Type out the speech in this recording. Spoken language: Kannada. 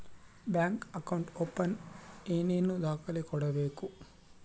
ಬ್ಯಾಂಕ್ ಅಕೌಂಟ್ ಓಪನ್ ಏನೇನು ದಾಖಲೆ ಕೊಡಬೇಕು?